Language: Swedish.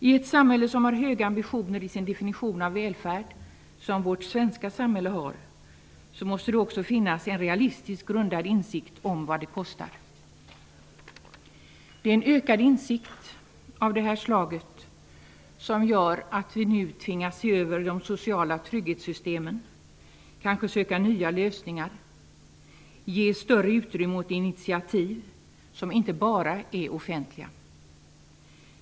I ett samhälle som har höga ambitioner i sin definition av välfärd, som vårt svenska samhälle har, måste det också finnas en realistiskt grundad insikt om vad det kostar. Det är en ökad insikt av det här slaget som gör att vi nu tvingas se över de sociala trygghetssystemen, kanske söka nya lösningar och ge större utrymme åt initiativ som inte bara är offentliga.